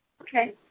Okay